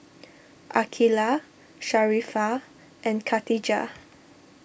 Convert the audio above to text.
Aqilah Sharifah and Khatijah